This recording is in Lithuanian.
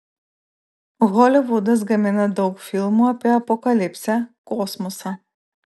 holivudas gamina daug filmų apie apokalipsę kosmosą